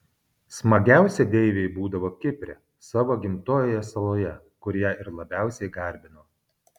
smagiausia deivei būdavo kipre savo gimtojoje saloje kur ją ir labiausiai garbino